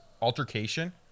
Altercation